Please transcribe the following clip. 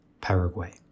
Paraguay